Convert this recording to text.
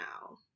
now